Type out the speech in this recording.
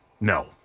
No